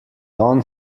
don